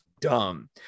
dumb